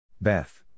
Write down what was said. Beth